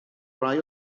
rhai